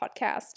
podcast